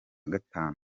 gatanu